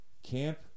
Camp